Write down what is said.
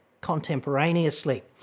contemporaneously